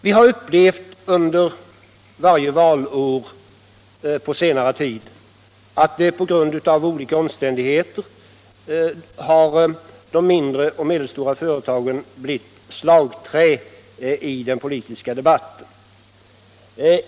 Vi har varje valår under senare tid upplevt att de mindre och medelstora företagen av olika omständigheter blivit ett slagträ i den politiska debatten.